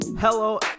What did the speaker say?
Hello